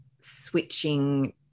switching